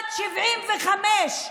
בת 75,